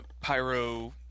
pyro